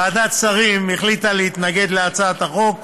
ועדת שרים החליטה להתנגד להצעת החוק.